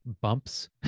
Bumps